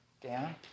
Dan